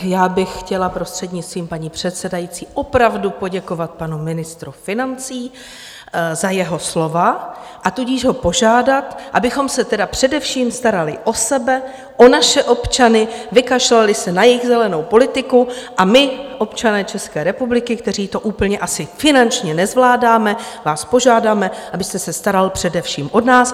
Já bych chtěla prostřednictvím paní předsedající opravdu poděkovat panu ministru financí za jeho slova, a tudíž ho požádat, abychom se tedy starali o sebe, o naše občany, vykašlali se na jejich zelenou politiku a my, občané České republiky, kteří to úplně asi finančně nezvládáme, vás požádáme, abyste se staral především o nás.